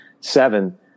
seven